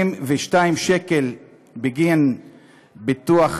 22 שקלים בגין ביטוח